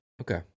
okay